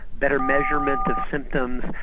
better measurements of symptoms,